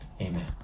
amen